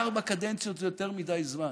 ארבע קדנציות זה יותר מדי זמן.